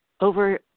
over